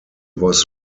was